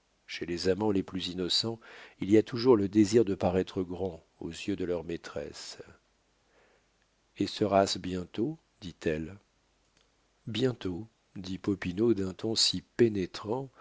chez les amants les plus innocents il y a toujours le désir de paraître grands aux yeux de leurs maîtresses et sera-ce bientôt dit-elle bientôt dit popinot d'un ton si pénétrant